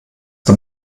der